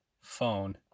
phone